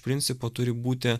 principo turi būti